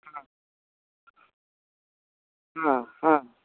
ᱦᱮᱸ ᱦᱮᱸ ᱦᱮᱸ